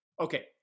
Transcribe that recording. Okay